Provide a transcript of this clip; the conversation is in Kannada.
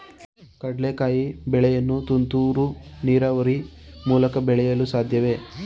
ಕಡ್ಲೆಕಾಯಿ ಬೆಳೆಯನ್ನು ತುಂತುರು ನೀರಾವರಿ ಮೂಲಕ ಬೆಳೆಯಲು ಸಾಧ್ಯವೇ?